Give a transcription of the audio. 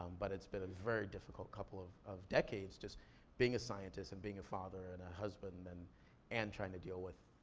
um but it's been a very difficult couple of of decades, just being a scientist and being a father and a husband and and trying to deal with,